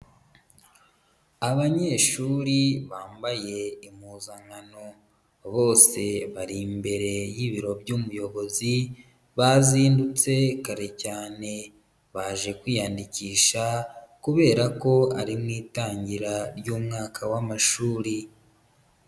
Abanyeshuri bambaye impuzankano, bose bari imbere y'ibiro by'umuyobozi bazindutse kare cyane, baje kwiyandikisha kubera ko ari mu itangira ry'umwaka w'amashuri.